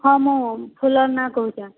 ହଁ ମୁଁ ଫୁଲ ନାଁ କହୁଛନ୍